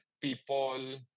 people